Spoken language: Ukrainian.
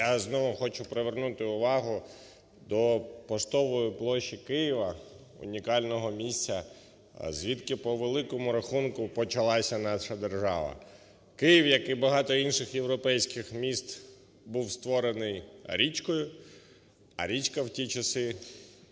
Я знову хочу привернути увагу до Поштової площі Києва - унікального місця, звідки, по великому рахунку, почалася наша держава. Київ, як і багато інших європейських міст, був створений річкою, а річка в ті часи